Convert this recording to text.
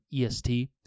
EST